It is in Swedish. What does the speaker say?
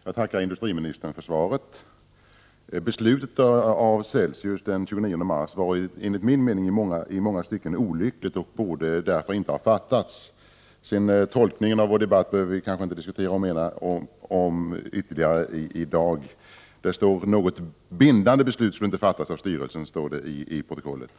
Herr talman! Jag tackar industriministern för svaret. Beslutet av Celsius av den 29 mars var enligt min mening i många stycken olyckligt och borde därför inte ha fattats. Tolkningen av vår debatt behöver vi kanske inte diskutera ytterligare i dag. Något bindande beslut skulle inte fattas av styrelsen, står det i protokollet.